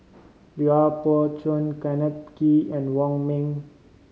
Lui Pao Chuen Kenneth Kee and Wong Ming